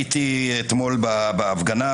הייתי אתמול בהפגנה,